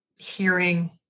hearing